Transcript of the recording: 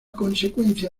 consecuencia